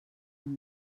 amb